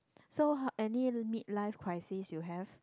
so how any mid life crisis you have